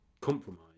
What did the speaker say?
compromise